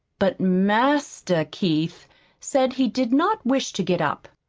but master keith said he did not wish to get up.